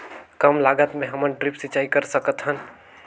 कम लागत मे हमन ड्रिप सिंचाई कर सकत हन?